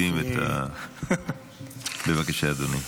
בבקשה, אדוני.